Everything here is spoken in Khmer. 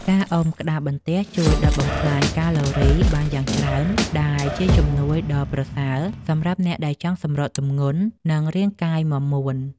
ការអុំក្តារបន្ទះជួយដុតបំផ្លាញកាឡូរីបានយ៉ាងច្រើន ដែលជាជំនួយដ៏ប្រសើរសម្រាប់អ្នកដែលចង់សម្រកទម្ងន់ និងរាងកាយមាំមួន។